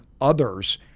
others